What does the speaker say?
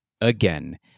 again